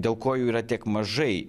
dėl ko jų yra tiek mažai